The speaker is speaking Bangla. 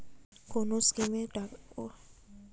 কোন স্কিমে টাকা জমা রাখলে মাসে মাসে সুদ পাব?